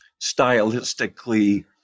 stylistically